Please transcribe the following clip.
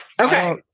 okay